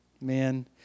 man